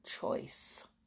choice